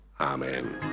Amen